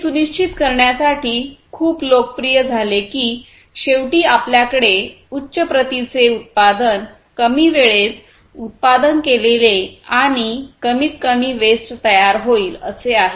हे सुनिश्चित करण्यासाठी खूप लोकप्रिय झाले की शेवटी आपल्याकडे उच्च प्रतीचे उत्पादन कमी वेळेत उत्पादन केलेले आणि कमीतकमी वेस्ट तयार होईल असे आहे